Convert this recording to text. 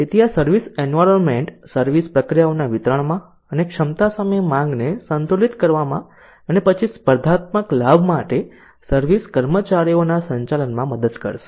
તેથી service environment service પ્રક્રિયાઓના વિતરણમાં અને ક્ષમતા સામે માંગને સંતુલિત કરવામાં અને પછી સ્પર્ધાત્મક લાભ માટે સર્વિસ કર્મચારીઓના સંચાલનમાં મદદ કરશે